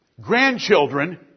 Grandchildren